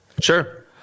Sure